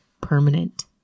permanent